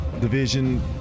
division